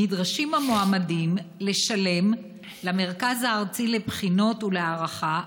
נדרשים המועמדים לשלם למרכז הארצי לבחינות ולהערכה,